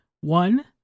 One